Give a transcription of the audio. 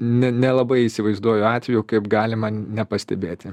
ne nelabai įsivaizduoju atvejų kaip galima nepastebėti